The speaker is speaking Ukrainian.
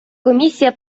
комісія